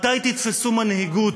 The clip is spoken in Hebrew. מתי תתפסו מנהיגות?